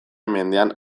mendean